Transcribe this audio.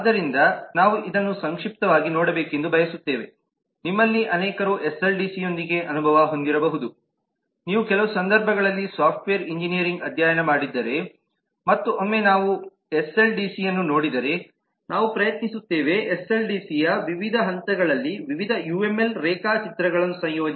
ಆದ್ದರಿಂದ ನಾವು ಇದನ್ನು ಸಂಕ್ಷಿಪ್ತವಾಗಿ ನೋಡಬೇಕೆಂದು ಬಯಸುತ್ತೇವೆ ನಿಮ್ಮಲ್ಲಿ ಅನೇಕರು ಎಸ್ಡಿಎಲ್ಸಿಯೊಂದಿಗೆ ಅನುಭವ ಹೊಂದಿರಬಹುದು ನೀವು ಕೆಲವು ಸಂದರ್ಭಗಳಲ್ಲಿ ಸಾಫ್ಟ್ವೇರ್ ಎಂಜಿನಿಯರಿಂಗ್ ಅಧ್ಯಯನ ಮಾಡಿದ್ದರೆ ಮತ್ತು ಒಮ್ಮೆ ನಾವು ಎಸ್ಡಿಎಲ್ಸಿಯನ್ನು ನೋಡಿದರೆ ನಾವು ಪ್ರಯತ್ನಿಸುತ್ತೇವೆ ಎಸ್ಡಿಎಲ್ಸಿಯ ವಿವಿಧ ಹಂತಗಳಲ್ಲಿ ವಿವಿಧ ಯುಎಂಎಲ್ ರೇಖಾಚಿತ್ರಗಳನ್ನು ಸಂಯೋಜಿಸಲು